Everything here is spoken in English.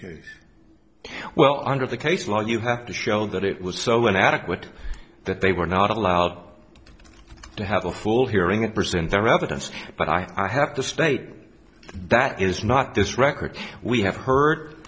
case well under the case law you have to show that it was so when adequate that they were not allowed to have a full hearing and present their evidence but i have to state that is not this record we have hurt